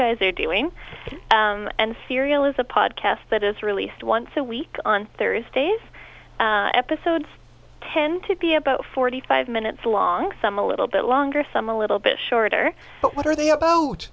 guys are doing and cereal is a podcast that is released once a week on thursdays episodes tend to be about forty five minutes long some a little bit longer some a little bit shorter but what are they a